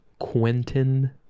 Quentin